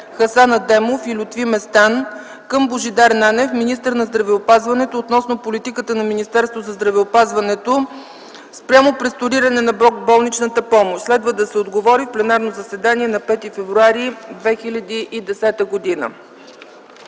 Хасан Адемов и Лютви Местан към Божидар Нанев – министър на здравеопазването, относно политиката на Министерството на здравеопазването спрямо преструктурирането на болничната помощ. Следва да се отговори в пленарното заседание на 5 февруари 2010 г.